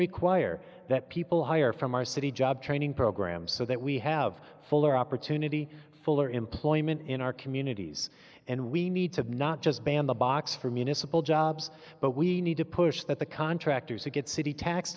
require that people hire from our city job training programs so that we have fuller opportunity fuller employment in our communities and we need to not just ban the box for municipal jobs but we need to push that the contractors who get city tax